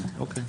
תודה.